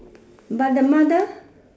but the mother